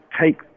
take